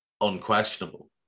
unquestionable